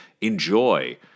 enjoy